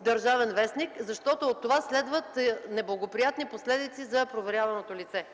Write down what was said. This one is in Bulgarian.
“Държавен вестник”, защото от това следват неблагоприятни последици за проверяваното лице.